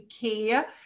care